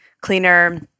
cleaner